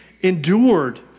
endured